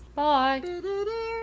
bye